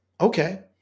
okay